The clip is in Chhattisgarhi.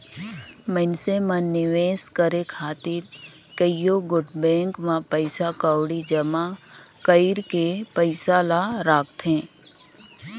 मइनसे मन निवेस करे खातिर कइयो गोट बेंक में पइसा कउड़ी जमा कइर के पइसा ल राखथें